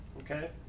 Okay